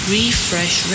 Refresh